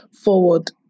forward